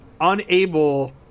unable